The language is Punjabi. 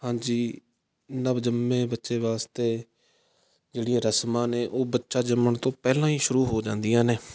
ਹਾਂਜੀ ਨਵਜੰਮੇ ਬੱਚੇ ਵਾਸਤੇ ਜਿਹੜੀਆਂ ਰਸਮਾਂ ਨੇ ਉਹ ਬੱਚਾ ਜੰਮਣ ਤੋਂ ਪਹਿਲਾਂ ਹੀ ਸ਼ੁਰੂ ਹੋ ਜਾਂਦੀਆਂ ਨੇ